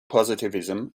positivism